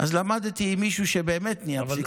למען מי שבחר במסלול של לחימה.